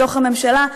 בתוך הממשלה,